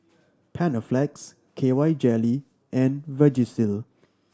Panaflex K Y Jelly and Vagisil